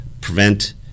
prevent